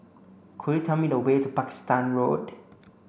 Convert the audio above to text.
could you tell me the way to Pakistan Road